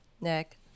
Nick